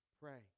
Pray